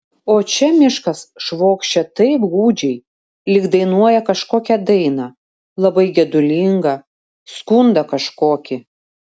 o čia miškas švokščia taip gūdžiai lyg dainuoja kažkokią dainą labai gedulingą skundą kažkokį